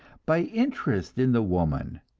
by interest in the woman,